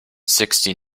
sixty